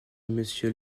monsieur